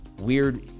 weird